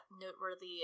noteworthy